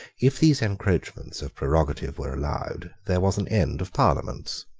if these encroachments of prerogative were allowed, there was an end of parliaments.